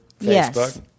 Facebook